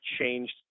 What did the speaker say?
changed